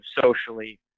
socially